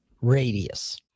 radius